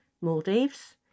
Maldives